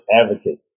advocate